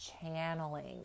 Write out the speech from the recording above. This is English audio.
channeling